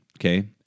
Okay